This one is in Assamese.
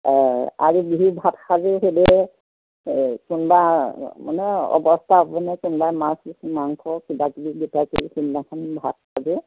আৰু বিহু ভাতসাজে সেইদৰে কোনোবা মানে অৱস্থা আপোনাৰ কোনোবাই মাছ মাংস কিবা কিবি গোটাই কৰি সেইদিনাখন ভাত খাব